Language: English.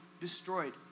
destroyed